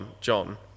John